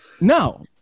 No